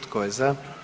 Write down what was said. Tko je za?